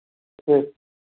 ठीक